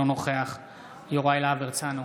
אינו נוכח יוראי להב הרצנו,